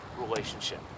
relationship